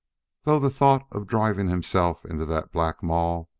though the thought of driving himself into that black maw,